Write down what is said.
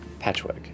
Patchwork